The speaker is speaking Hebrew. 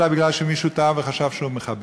אלא מישהו טעה וחשב שהוא מחבל.